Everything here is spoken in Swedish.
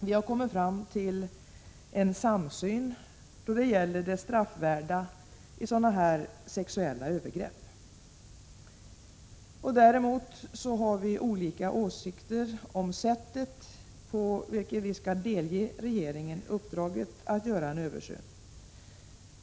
Vi har kommit fram till en samsyn då det gäller det straffvärda i sådana här sexuella övergrepp. Däremot har vi olika åsikter om sättet på vilket vi skall delge regeringen uppdraget att göra en översyn.